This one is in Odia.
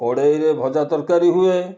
କଢ଼େଇରେ ଭଜା ତରକାରୀ ହୁଏ